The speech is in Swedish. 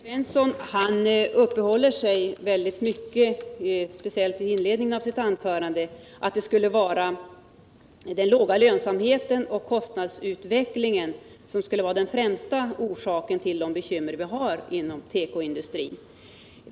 Herr talman! Sten Svensson uppehöll sig väldigt mycket, speciellt i inledningen av sitt anförande, vid att den låga lönsamheten och kostnads utvecklingen skulle vara den främsta orsaken till de bekymmer vi har inom tekoindustrin.